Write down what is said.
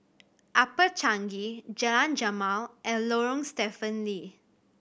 Upper Changi Jalan Jamal and Lorong Stephen Lee